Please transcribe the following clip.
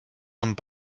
und